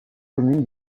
commune